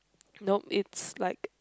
nope is like